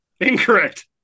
incorrect